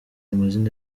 amazina